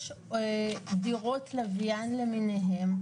יש דירות לוויין למיניהן,